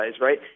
right